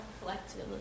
collectively